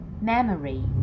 memory